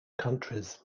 countries